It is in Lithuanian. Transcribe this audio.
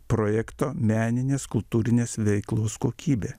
projekto meninės kultūrinės veiklos kokybė